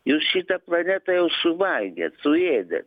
jūs šitą planetą jau suvalgėt suėdėt